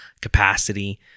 capacity